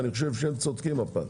ואני חושב שהם צודקים הפעם.